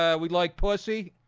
ah we like pussy?